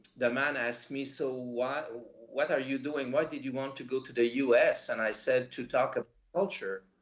the man asked me, so why, what are you doing? why did you want to go to the us? and i said to talk of culture.